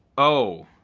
oh.